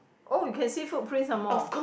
oh you can see footprints some more